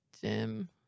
Jim